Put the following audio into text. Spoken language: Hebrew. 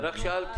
הבנתי, רק שאלתי.